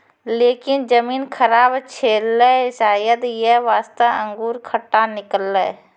लेकिन जमीन खराब छेलै शायद यै वास्तॅ अंगूर खट्टा निकललै